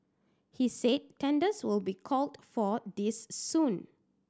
he said tenders will be called for this soon